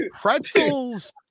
Pretzels